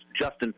justin